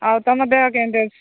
ଆଉ ତମେ ଦେହ କେମିତି ଅଛି